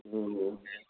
ꯎꯝ